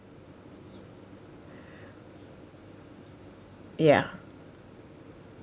ya